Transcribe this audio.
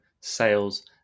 sales